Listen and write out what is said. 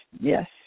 yes